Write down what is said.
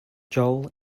joel